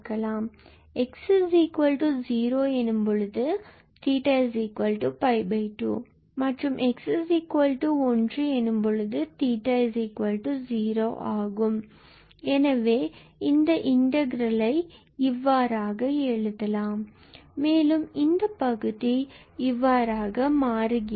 x0 எனும்போது 𝜃𝜋2 மற்றும் x1 எனும்போது 𝜃0 ஆகும் எனவே இந்த இன்டகிரல்லை 2 20cos2m 2 sin2n 2cos𝜃sin𝜃 d இவ்வாறாக எழுதலாம் மேலும் இந்த பகுதி 2 20cos2m 2 sin2n 2cos𝜃sin𝜃 d இவ்வாறாக மாறுகிறது